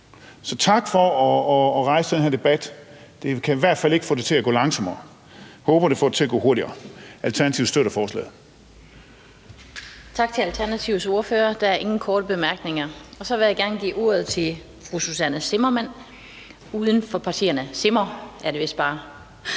Så tak for at rejse den her debat. Det kan i hvert fald ikke få det til at gå langsommere. Jeg håber, at det får det til at gå hurtigere. Alternativet støtter forslaget. Kl. 17:15 Den fg. formand (Annette Lind): Tak til Alternativets ordfører. Der er ingen korte bemærkninger. Så vil jeg gerne give ordet til fru Susanne Zimmer, uden for grupperne. Kl. 17:15 (Privatist)